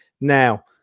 now